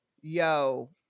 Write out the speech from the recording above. yo